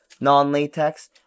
non-latex